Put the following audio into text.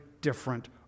different